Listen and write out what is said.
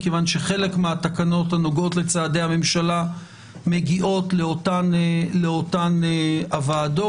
מכיוון שחלק מהתקנות הנוגעות לצעדי הממשלה מגיעות לאותן הוועדות.